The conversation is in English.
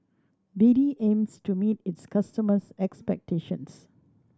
B D aims to meet its customers' expectations